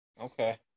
okay